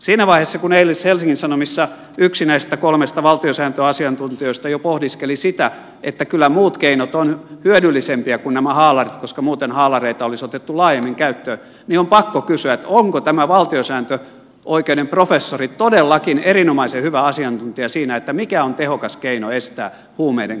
siinä vaiheessa kun eilisessä helsingin sanomissa yksi näistä kolmesta valtiosääntöasiantuntijasta jo pohdiskeli sitä että kyllä muut keinot ovat hyödyllisempiä kuin nämä haalarit koska muuten haalareita olisi otettu laajemmin käyttöön on pakko kysyä onko tämä valtiosääntöoikeuden professori todellakin erinomaisen hyvä asiantuntija siinä mikä on tehokas keino estää huumeiden kulkeutumista vankilaan